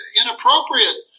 inappropriate